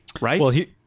right